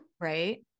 Right